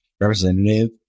representative